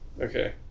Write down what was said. Okay